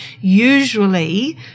Usually